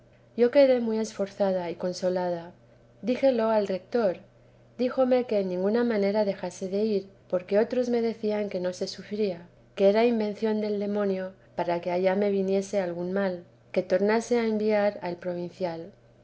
yo quedé muy esforzada y consolada díjelo al retor díjome que en ninguna manera dejase de ir porque otros me decían que no se sufría que era invención del demonio para que allá me viniese algún mal que tornase a enviar al provincial